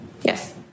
Yes